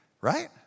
right